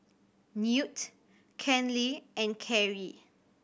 Newt Kenley and Kerrie